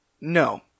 No